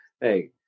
Hey